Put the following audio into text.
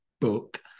book